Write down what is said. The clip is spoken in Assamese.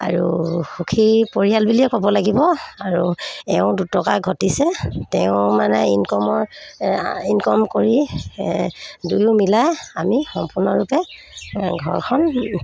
আৰু সুখী পৰিয়াল বুলিয়ে ক'ব লাগিব আৰু এওঁ দুটকা ঘটিছে তেওঁ মানে ইনকমৰ ইনকম কৰি দুয়ো মিলাই আমি সম্পূৰ্ণৰূপে ঘৰখন